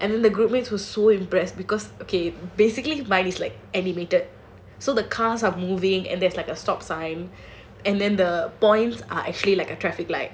and then the groupmates were so impressed because okay basically mine is like animated so the cars are moving and there's like a stop sign and then the points are like a traffic light